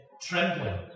trembling